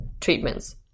treatments